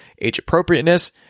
age-appropriateness